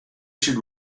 should